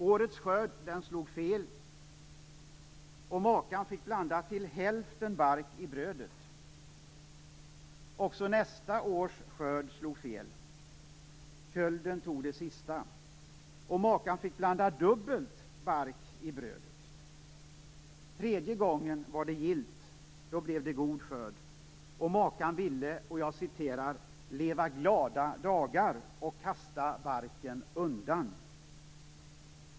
Årets skörd slog fel. Makan fick blanda till hälften bark i brödet. Också nästa års skörd slog fel. Kölden tog det sista. Makan fick blanda dubbelt med bark i brödet. Tredje gången var det gillt. Då blev det god skörd, och makan "ville leva glada dagar" och "kasta barken undan".